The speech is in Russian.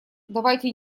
давайте